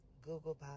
Google